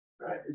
Right